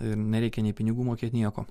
ir nereikia nei pinigų mokėt nieko